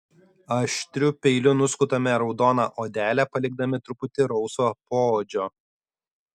aštriu peiliu nuskutame raudoną odelę palikdami truputį rausvo poodžio